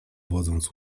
wodząc